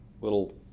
little